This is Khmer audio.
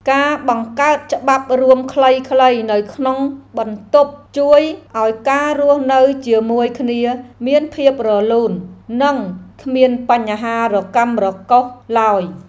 ការបង្កើតច្បាប់រួមខ្លីៗនៅក្នុងបន្ទប់ជួយឱ្យការរស់នៅជាមួយគ្នាមានភាពរលូន និងគ្មានបញ្ហារកាំរកូសឡើយ។